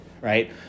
right